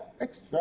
extra